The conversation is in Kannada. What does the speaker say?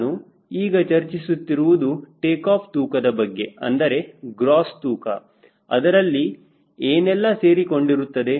ನಾನು ಈಗ ಚರ್ಚಿಸುತ್ತಿರುವುದು ಟೇಕಾಫ್ ತೂಕದ ಬಗ್ಗೆ ಅಂದರೆ ಗ್ರೋಸ್ ತೂಕ ಅದರಲ್ಲಿ ಏನೆಲ್ಲ ಸೇರಿಕೊಂಡಿರುತ್ತದೆ